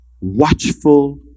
watchful